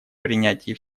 принятии